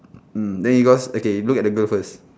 mm then because okay look at the girl first